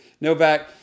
Novak